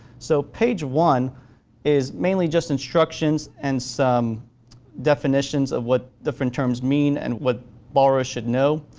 so page one is mainly just instructions and some definitions of what different terms mean and what borrows should know.